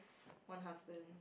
one husband